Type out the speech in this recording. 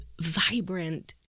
vibrant